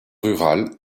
rurales